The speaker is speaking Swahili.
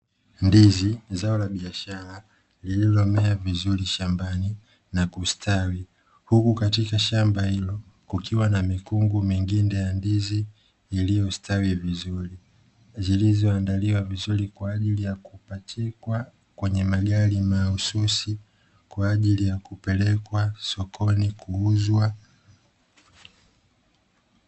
Ndizi zao la biashara lililomea vizuri shambani na kustawi huku katika shamba hilo kukiwa na mikungu mingine ya ndizi iliyostawi vizuri, zilizoandaliwa vizuri kwa ajili ya kupachikwa kwenye magari mahususi kwa ajili ya kupelekwa sokoni kuuzwa.